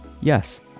Yes